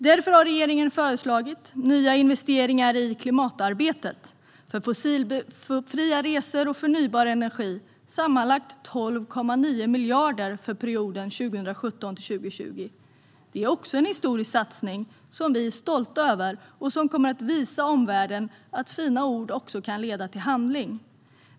Därför har regeringen föreslagit nya investeringar i klimatarbetet, fossilfria resor och förnybar energi på sammanlagt 12,9 miljarder för perioden 2017-2020. Det är en historisk satsning som vi är stolta över och som kommer att visa omvärlden att fina ord också kan leda till handling.